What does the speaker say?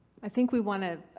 i think we want to.